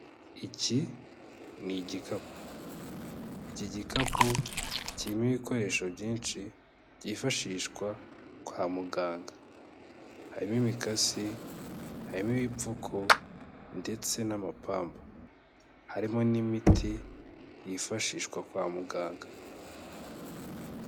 Iki ni igikapu, iki gikapu kirimo ibikoresho byinshi byifashishwa kwa muganga, harimo imikasi, harimo ibipfuko ndetse n'amapamba, harimo n'imiti yifashishwa kwa muganga.